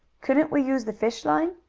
couldn't we use the fish line?